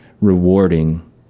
rewarding